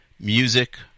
Music